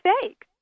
fake